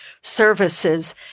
services